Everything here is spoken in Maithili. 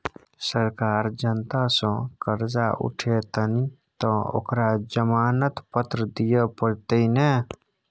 सरकार जनता सँ करजा उठेतनि तँ ओकरा जमानत पत्र दिअ पड़तै ने